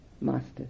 masters